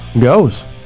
goes